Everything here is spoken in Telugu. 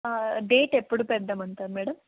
డేటు ఎప్పుడు పెడదాము అంటారు మేడం